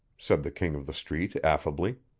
said the king of the street affably.